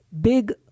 big